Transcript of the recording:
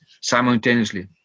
simultaneously